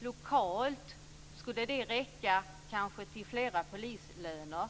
Lokalt skulle de pengar som sparas kanske räcka till flera polislöner.